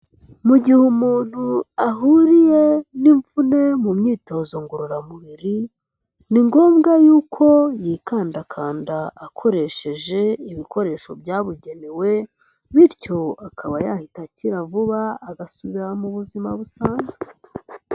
Mu gihe umuntu ahuriye n'imvune mu myitozo ngororamubiri, ni ngombwa yuko yikandakanda akoresheje ibikoresho byabugenewe, bityo akaba yahita akira vuba agasubira mu buzima busanzwe.